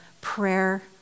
prayer